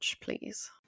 please